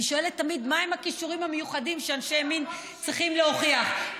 אני שואלת תמיד מהם הכישורים המיוחדים שאנשי ימין צריכים להוכיח,